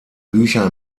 bücher